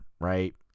right